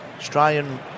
Australian